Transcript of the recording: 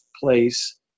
place